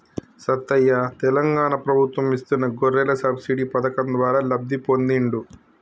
సత్తయ్య తెలంగాణ ప్రభుత్వం ఇస్తున్న గొర్రెల సబ్సిడీ పథకం ద్వారా లబ్ధి పొందిండు